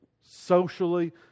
socially